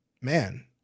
man